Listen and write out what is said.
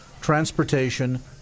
transportation